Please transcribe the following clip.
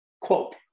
Quote